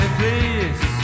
please